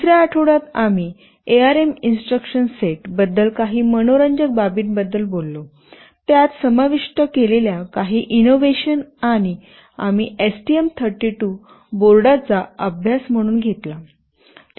दुसर्या आठवड्यात आम्ही एआरएम इंस्ट्रक्शन सेट बद्दल काही मनोरंजक बाबींबद्दल बोललो त्यात समाविष्ट केलेल्या काही इनोव्हेशन आणि आम्ही एसटीएम 32 बोर्डाचा अभ्यास म्हणून घेतला